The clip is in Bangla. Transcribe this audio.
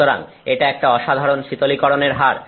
সুতরাং এটা একটা অসাধারণ শীতলীকরণের হার